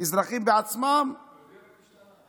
אזרחים בעצמם, להודיע למשטרה.